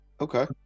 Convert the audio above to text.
okay